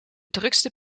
drukste